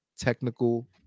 technical